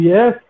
Yes